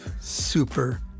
super